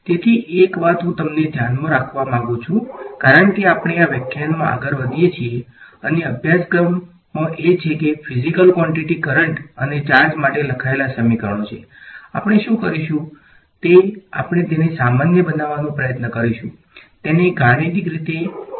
તેથી એક વાત હું તમને ધ્યાનમાં રાખવા માંગુ છું કારણ કે આપણે આ વ્યાખ્યાનમાં આગળ વધીએ છીએ અને અભ્યાસક્રમમાં એ છે કે ફીઝીકલ કવોંટીટી કરંટ અને ચાર્જ માટે લખાયેલા સમીકરણો છે આપણે શું કરીશું તે આપણે તેને સામાન્ય બનાવવાનો પ્રયત્ન કરીશું તેને ગાણિતિક રીતે બનાવો જે આપણને વધુ પાવર આપશે